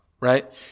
right